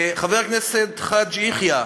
חבר הכנסת חאג' יחיא,